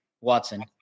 Watson